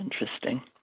interesting